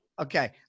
Okay